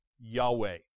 Yahweh